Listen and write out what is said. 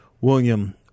William